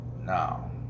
Now